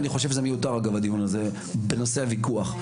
אני חושב שזה מיותר הדיון הזה בנושא הוויכוח.